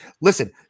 Listen